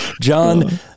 John